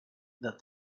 that